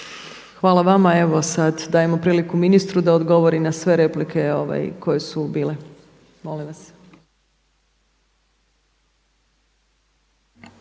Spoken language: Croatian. Hvala vama. Evo sad dajemo priliku ministru da odgovori na sve replike koje su bile, molim vas.